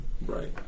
Right